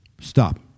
Stop